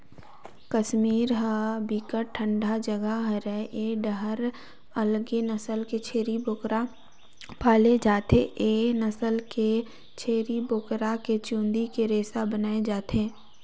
कस्मीर ह बिकट ठंडा जघा हरय ए डाहर अलगे नसल के छेरी बोकरा पाले जाथे, ए नसल के छेरी बोकरा के चूंदी के रेसा बनाल जाथे